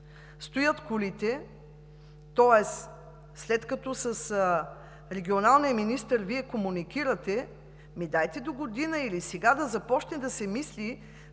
стоят колите, тоест след като с регионалния министър Вие комуникирате, дайте догодина или сега да започне да се мисли